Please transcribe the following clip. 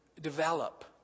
develop